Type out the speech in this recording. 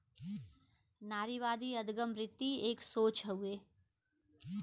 नारीवादी अदगम वृत्ति एक सोच हउए